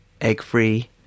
egg-free